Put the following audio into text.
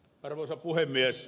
arvoisa puhemies